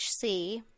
HC